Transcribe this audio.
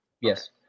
Yes